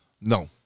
No